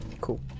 Cool